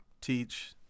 teach